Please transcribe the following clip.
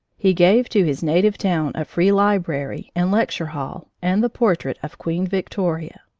he gave to his native town a free library and lecture hall and the portrait of queen victoria.